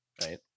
right